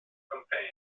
campaign